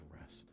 rest